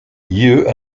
you